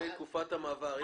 לגבי תקופת המעבר.